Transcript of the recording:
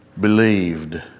Believed